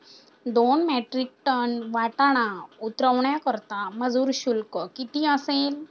दोन metric tonne वाटाणा उतरवण्याकरता मजूर शुल्क किती असेल?